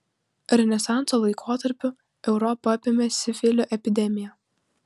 renesanso laikotarpiu europą apėmė sifilio epidemija